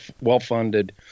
well-funded